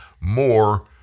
more